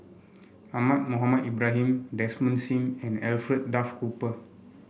Ahmad Mohamed Ibrahim Desmond Sim and Alfred Duff Cooper